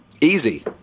Easy